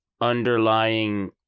underlying